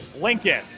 Lincoln